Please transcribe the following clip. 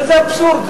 איזה אבסורד זה.